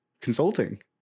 consulting